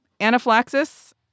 Anaphylaxis